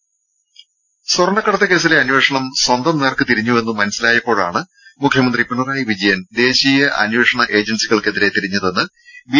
ടെട സ്വർണ്ണക്കടത്ത് കേസിലെ അന്വേഷണം സ്വന്തം നേർക്ക് തിരിഞ്ഞു എന്ന് മനസ്സിലായപ്പോഴാണ് മുഖ്യമന്ത്രി പിണറായി വിജയൻ ദേശീയ അന്വേഷണ ഏജൻസികൾക്കെതിരെ തിരിഞ്ഞതെന്ന് ബി